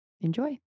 Enjoy